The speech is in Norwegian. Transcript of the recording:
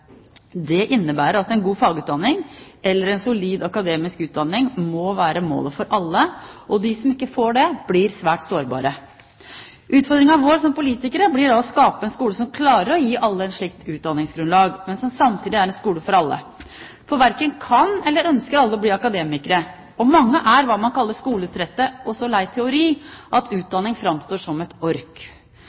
Det innebærer at en god fagutdanning eller en solid akademisk utdanning må være målet for alle – og de som ikke får det, blir svært sårbare. Utfordringen vår som politikere blir da å skape en skole som klarer å gi alle et slikt utdanningsgrunnlag, men som samtidig er en skole for alle. For verken kan eller ønsker alle å bli akademikere, og mange er hva man kaller skoletrette og så lei teori at utdanning framstår som et ork.